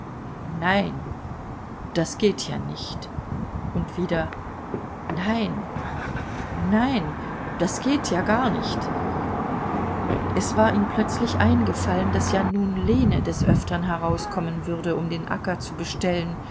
nein das geht ja nicht und wieder nein nein das geht ja gar nicht es war ihm plötzlich eingefallen daß ja nun lene des öftern herauskommen würde um den acker zu bestellen